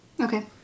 Okay